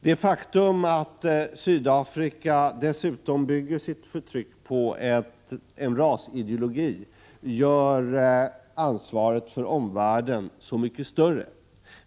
Det faktum att Sydafrika dessutom bygger sitt förtryck på en rasideologi gör omvärldens ansvar så mycket större.